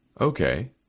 Okay